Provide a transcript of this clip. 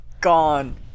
gone